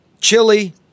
chili